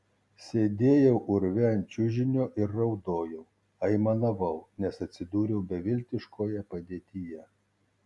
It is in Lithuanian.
sėdėjau urve ant čiužinio ir raudojau aimanavau nes atsidūriau beviltiškoje padėtyje